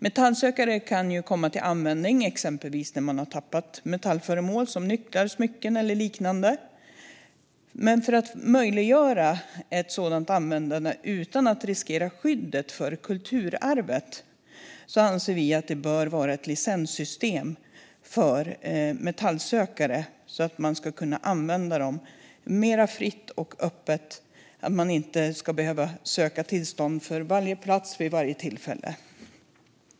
Metallsökare kan komma till användning exempelvis när man har tappat metallföremål, som nycklar och smycken eller liknande. Men för att möjliggöra ett sådant användande utan att riskera skyddet av kulturarvet anser vi att det bör vara ett licenssystem för metallsökare. Då kan man använda dem mer fritt och öppet och behöver inte söka tillstånd för varje plats och för varje tillfälle.